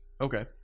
Okay